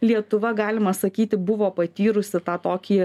lietuva galima sakyti buvo patyrusi tą tokį